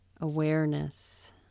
awareness